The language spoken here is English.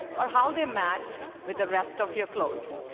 or how they match with the rest of your clothes.